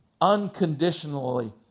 unconditionally